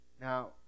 Now